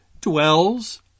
dwells